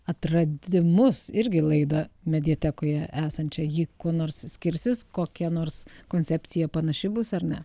atradimus irgi laidą mediatekoje esančią ji kuo nors skirsis kokia nors koncepcija panaši bus ar ne